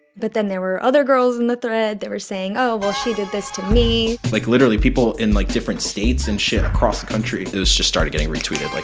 but then there were other girls in the thread that were saying, oh, well, she did this to me like, literally people in like different states and shit across the country it was just started getting retweeted, like